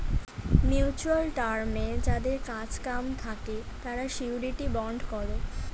mutual টার্মে যাদের কাজ কাম থাকে তারা শিউরিটি বন্ড করে